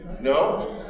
No